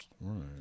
Right